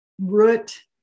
root